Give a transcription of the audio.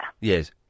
Yes